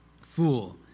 Fool